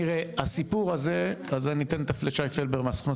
הסיפור הזה - על זה תיכף ניתן לשי פלבר מהסוכנות